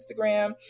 Instagram